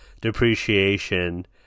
depreciation